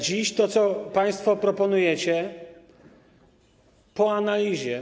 Dziś to, co państwo proponujecie, po analizie.